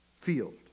field